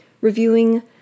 Reviewing